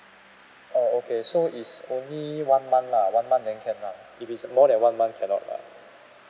oh okay so it's only one month lah one month then can ah if it's more than one month cannot lah